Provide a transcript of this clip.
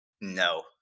no